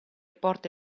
porta